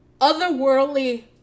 otherworldly